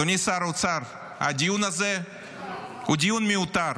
אדוני שר האוצר, הדיון הזה הוא דיון מיותר.